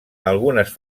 algunes